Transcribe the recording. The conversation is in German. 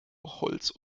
holz